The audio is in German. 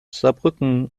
saarbrücken